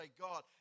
God